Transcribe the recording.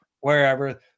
wherever